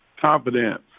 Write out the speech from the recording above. Confidence